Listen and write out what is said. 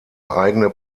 eigene